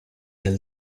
nel